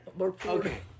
Okay